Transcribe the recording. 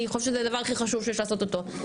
אני חושבת שזה הדבר הכי חשוב שיש לעשות אותו.